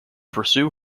pursue